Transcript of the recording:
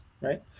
right